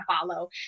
follow